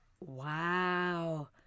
Wow